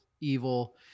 Evil